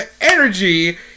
energy